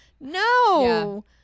no